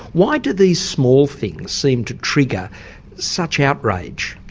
why do these small things seem to trigger such outrage?